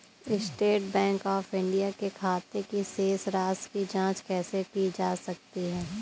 State Bank of India के खाते की शेष राशि की जॉंच कैसे की जा सकती है?